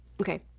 Okay